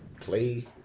play